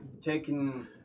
Taking